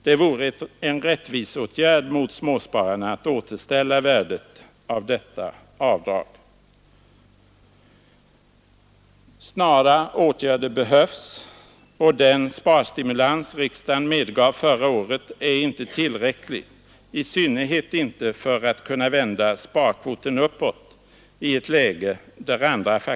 Det vore en rättviseåtgärd mot småspararna att återställa värdet av detta avdrag, Snara åtgärder behövs, och den sparstimulans riksdagen medgav förra året är inte tillrä uppåt i ett läge där andra faktorer kan bidra till att minska sparandet.